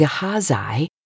Gehazi